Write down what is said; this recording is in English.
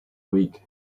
week